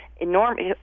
enormous